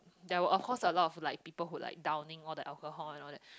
there were of course a lot of like people who like downing all the alcohol and all that